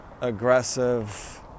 aggressive